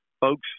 folks